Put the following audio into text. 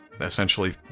essentially